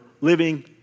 living